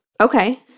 Okay